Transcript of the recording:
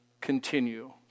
continue